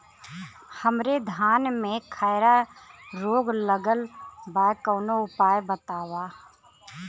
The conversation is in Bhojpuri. हमरे धान में खैरा रोग लगल बा कवनो उपाय बतावा?